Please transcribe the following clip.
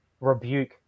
rebuke